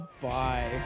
bye